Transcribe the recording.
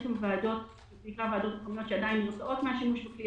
יש גם ועדות שבוחרות לא לעשות